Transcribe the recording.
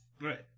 Right